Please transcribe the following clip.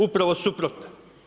Upravo suprotna.